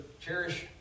Cherish